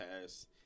past